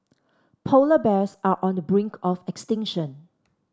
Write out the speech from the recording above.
polar bears are on the brink of extinction